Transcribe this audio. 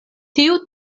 tiu